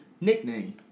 nickname